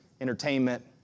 entertainment